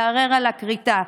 לערער על הכריתה.